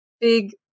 big